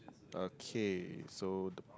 okay so